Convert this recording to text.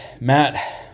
Matt